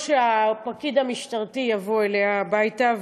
או שהפקיד המשטרתי יבוא אליה הביתה,